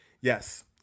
Yes